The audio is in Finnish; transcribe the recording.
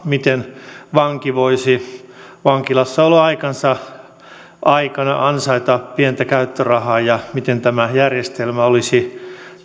miten vanki voisi vankilassaoloaikansa aikana ansaita pientä käyttörahaa ja miten tämä järjestelmä olisi